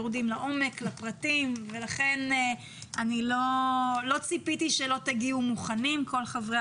יורדים לעומק ולפרטים ולכן לא ציפיתי שלא תגיעו מוכנים כלת חברי